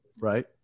Right